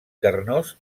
carnós